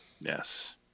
Yes